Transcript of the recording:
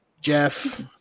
jeff